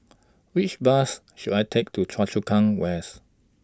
Which Bus should I Take to Choa Chu Kang West